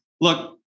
Look